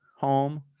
home